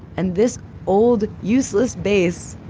and this old, useless base,